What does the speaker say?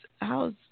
how's